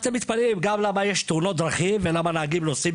אתם מתפלאים למה יש תאונות דרכים ולמה נהגים נוסעים